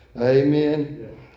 Amen